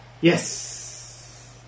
Yes